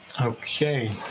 Okay